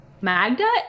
Magda